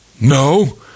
no